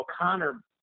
O'Connor